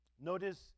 Notice